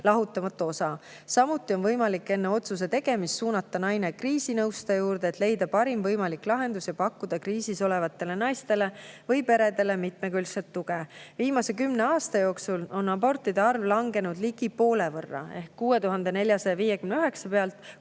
lahutamatu osa. Samuti on võimalik enne otsuse tegemist suunata naine kriisinõustaja juurde, et leida parim võimalik lahendus ja pakkuda kriisis olevatele naistele või peredele mitmekülgset tuge. Viimase kümne aasta jooksul on abortide arv langenud ligi poole võrra ehk 6459 pealt